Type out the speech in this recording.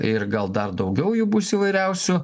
ir gal dar daugiau jų bus įvairiausių